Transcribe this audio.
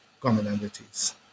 commonalities